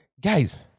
guys